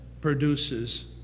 produces